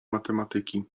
matematyki